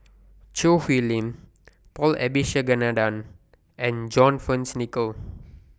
Choo Hwee Lim Paul Abisheganaden and John Fearns Nicoll